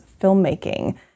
filmmaking